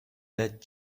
that